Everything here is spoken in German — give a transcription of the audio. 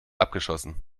abgeschossen